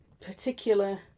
particular